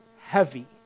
heavy